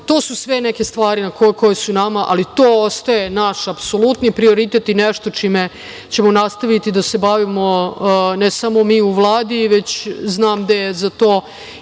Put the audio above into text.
su sve neke stvari koje su nama, ali to ostaje naš apsolutni prioritet i nešto čime ćemo nastaviti da se bavimo, ne samo mi u Vladi, već znam da je zato